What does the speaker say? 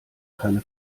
keine